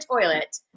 toilet